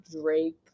drake